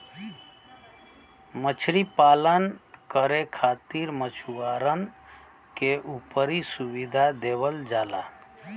मछरी पालन करे खातिर मछुआरन के जरुरी सुविधा देवल जाला